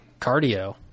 Cardio